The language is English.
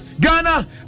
Ghana